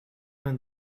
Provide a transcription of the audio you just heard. vingt